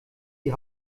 die